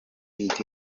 beat